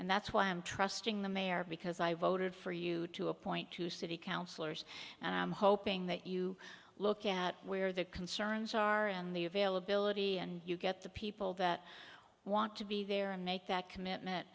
and that's why i'm trusting the mayor because i voted for you to appoint two city councillors and i'm hoping that you look at where the concerns are and the availability and you get the people that want to be there and make that commitment